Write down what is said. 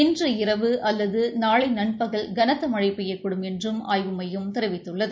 இன்று இரவு அல்லது நாளை நண்பகல் கனத்த மழை பெய்யக்கூடும் னள்றும் ஆய்வு மையம் தெரிவித்துள்ளது